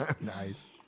Nice